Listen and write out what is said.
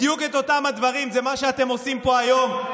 בדיוק אותם הדברים, זה מה שאתם עושים פה היום.